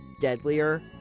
deadlier